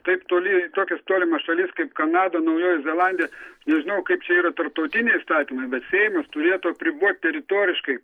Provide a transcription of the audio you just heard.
taip toli į tokias tolimas šalis kaip kanada naujoji zelandija nežinau kaip čia yra tarptautiniai įstatymai bet seimas turėtų apribot teritoriškai